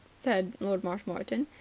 said lord marshmoreton.